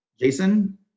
Jason